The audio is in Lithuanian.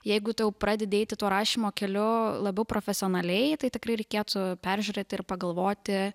jeigu tu jau pradedi eiti tuo rašymo keliu labiau profesionaliai tai tikrai reikėtų peržiūrėti ir pagalvoti